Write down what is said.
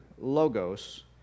logos